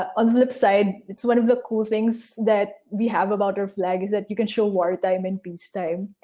on the flip side, it's one of the cool things that we have about our flag is that you can show wartime and peacetime.